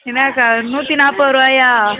என்னக்கா நூற்றி நாற்பது ரூபாயா